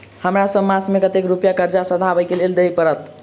हमरा सब मास मे कतेक रुपया कर्जा सधाबई केँ लेल दइ पड़त?